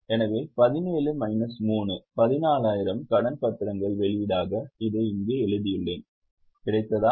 எனவே 17 மைனஸ் 3 14000 கடன் பத்திரங்களின் வெளியீடாக இதை இங்கு எழுதியுள்ளேன் கிடைத்ததா